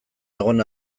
egon